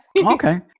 Okay